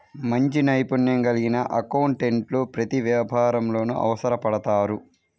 మంచి నైపుణ్యం కలిగిన అకౌంటెంట్లు ప్రతి వ్యాపారంలోనూ అవసరపడతారు